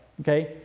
Okay